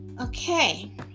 Okay